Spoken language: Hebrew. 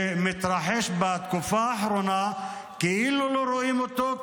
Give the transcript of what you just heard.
שמתרחש בתקופה האחרונה כאילו לא רואים אותו,